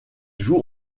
joue